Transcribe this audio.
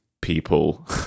people